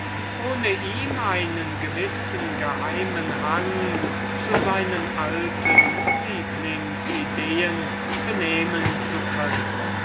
ohne ihm einen gewissen geheimen hang zu seinen alten lieblings-ideen benehmen zu können